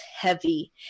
heavy